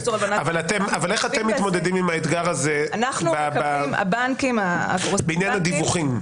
איך אתם מתמודדים עם האתגר הזה בעניין הדיווחים?